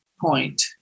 point